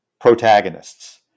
protagonists